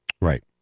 Right